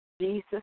Jesus